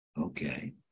Okay